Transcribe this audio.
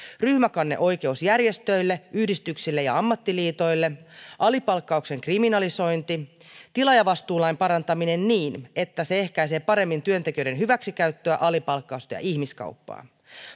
ryhmäkanneoikeus järjestöille yhdistyksille ja ammattiliitoille alipalkkauksen kriminalisointi tilaajavastuulain parantaminen niin että se ehkäisee paremmin työntekijöiden hyväksikäyttöä alipalkkausta ja ihmiskauppaa